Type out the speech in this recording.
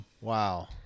wow